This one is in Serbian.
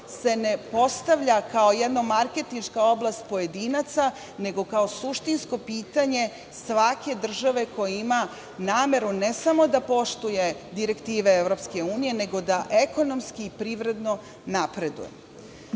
se ne postavlja kao jedna marketinška oblast pojedinaca, nego kao suštinsko pitanje svake države koja ima nameru ne samo da poštuje direktive EU, nego da ekonomski i privredno napreduje. Što